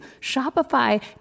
Shopify